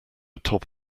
top